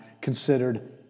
considered